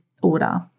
Order